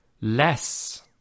less